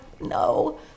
no